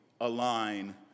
align